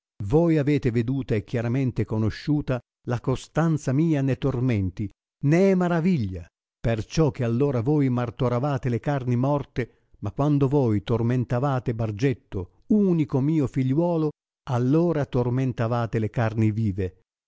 voi avete veduta e chiaramente conosciuta la costanza mia ne tormenti né è maraviglia perciò che allora voi martoravate le carni morte ma quando voi tormentavate bargetto unico mio figliuolo allora tormentavate le carni vive